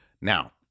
Now